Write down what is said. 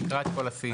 תקרא את כל הסעיף.